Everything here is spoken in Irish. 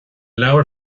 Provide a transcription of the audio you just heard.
leabhar